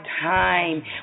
Time